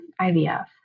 IVF